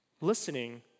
listening